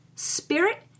spirit